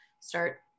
start